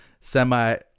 semi